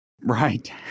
Right